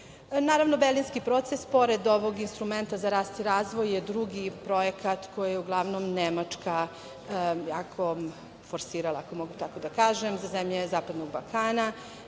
Naravno, Berlinski proces pored ovog instrumenta za rast i razvoj je drugi projekat koji je uglavnom Nemačka, ako mogu tako da kažem, za zemlje Zapadnog balkana